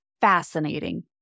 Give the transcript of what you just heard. fascinating